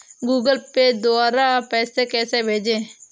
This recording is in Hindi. गूगल पे द्वारा पैसे कैसे भेजें?